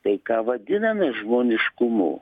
tai ką vadiname žmoniškumu